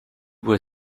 were